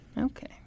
Okay